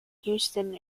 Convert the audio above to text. houston